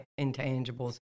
intangibles